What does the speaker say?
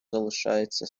залишається